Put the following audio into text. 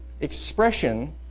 expression